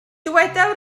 dyweda